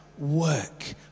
work